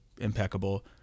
impeccable